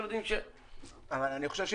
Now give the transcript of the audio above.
אבל יש עוד משרדים.